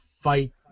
fight